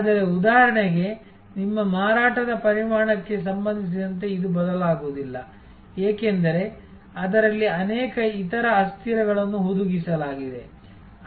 ಆದರೆ ಉದಾಹರಣೆಗೆ ನಿಮ್ಮ ಮಾರಾಟದ ಪರಿಮಾಣಕ್ಕೆ ಸಂಬಂಧಿಸಿದಂತೆ ಇದು ಬದಲಾಗುವುದಿಲ್ಲ ಏಕೆಂದರೆ ಅದರಲ್ಲಿ ಅನೇಕ ಇತರ ಅಸ್ಥಿರಗಳನ್ನು ಹುದುಗಿಸಲಾಗಿದೆ